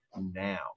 now